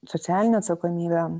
socialinę atsakomybę